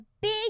big